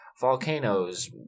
volcanoes